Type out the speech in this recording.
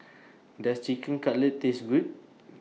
Does Chicken Cutlet Taste Good